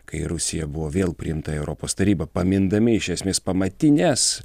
kai rusija buvo vėl priimta į europos tarybą pamindami iš esmės pamatines